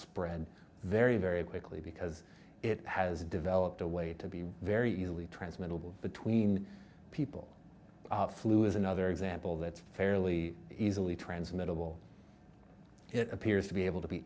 spread very very quickly because it has developed a way to be very easily transmittable between people flu is another example that's fairly easily transmittable it appears to be able to be